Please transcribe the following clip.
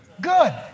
good